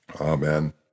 Amen